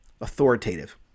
authoritative